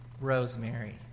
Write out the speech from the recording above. Rosemary